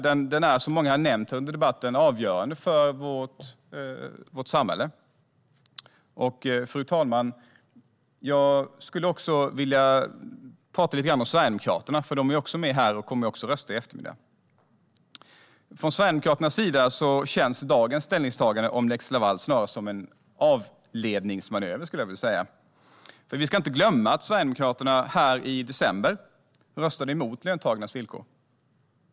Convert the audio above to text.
Det är, som många har nämnt under debatten, avgörande för vårt samhälle. Fru talman! Jag vill också tala lite om Sverigedemokraterna, som också är med i debatten och som kommer att rösta i eftermiddag. För Sverigedemokraterna verkar dagens ställningstagande till lex Laval snarare vara en avledningsmanöver. Vi ska inte glömma att Sverigedemokraterna i december röstade emot löntagarnas villkor.